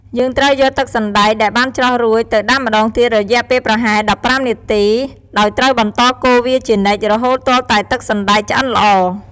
យើងត្រូវយកទឹកសណ្ដែកដែលបានច្រោះរួច ទៅដាំម្តងទៀត រយៈពេលប្រហែល ១៥ នាទី ដោយត្រូវបន្តកូរវាជានិច្ច រហូតទាល់តែទឹកសណ្ដែកឆ្អិនល្អ។